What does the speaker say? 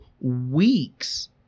weeks